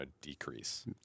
decrease